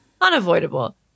Unavoidable